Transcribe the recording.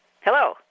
Hello